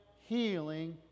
healing